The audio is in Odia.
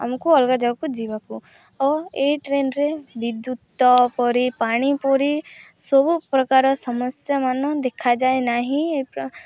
ଆମକୁ ଅଲଗା ଜାଗାକୁ ଯିବାକୁ ଓ ଏଇ ଟ୍ରେନ୍ରେ ବିଦ୍ୟୁତ୍ ପରି ପାଣି ପରି ସବୁ ପ୍ରକାର ସମସ୍ୟାମାନ ଦେଖାଯାଏ ନାହିଁ ଏ